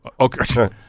Okay